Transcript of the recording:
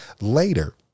later